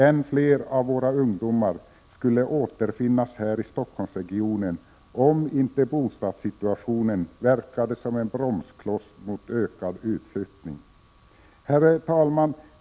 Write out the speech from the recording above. Än fler av våra ungdomar skulle återfinnas här i Stockholmsregionen om icke bostadssituationen verkade som en bromskloss mot ökad utflyttning. Herr talman!